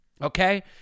okay